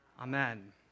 Amen